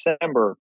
December